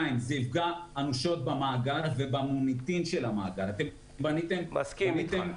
זה יפגע אנושות במאגר ובמוניטין של המאגר -- מסכים איתך.